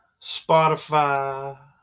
Spotify